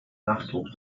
nachdruck